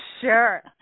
sure